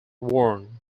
worn